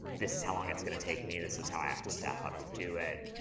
this is how long it's gonna take me. this is how i have to staff up to do it.